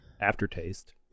aftertaste